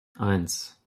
eins